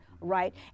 right